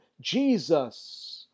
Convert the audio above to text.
Jesus